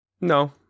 No